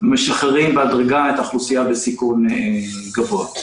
משחררים בהדרגה את האוכלוסייה בסיכון גבוה.